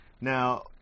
Now